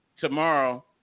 tomorrow